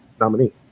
nominee